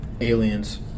Aliens